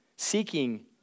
seeking